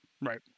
right